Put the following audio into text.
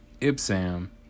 Ipsam